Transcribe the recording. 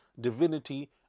divinity